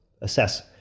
assess